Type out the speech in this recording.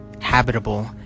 habitable